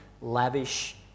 lavish